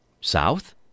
South